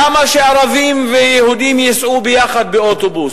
למה שערבים ויהודים ייסעו ביחד באוטובוס?